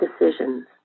decisions